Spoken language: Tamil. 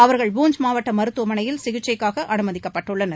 அவர்கள் பூஞ்ச் மாவட்ட மருத்துவமனையில் சிகிச்சைக்காக அனுமதிக்கப்பட்டனர்